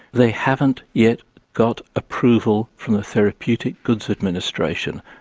they haven't yet got approval from the therapeutic goods administration.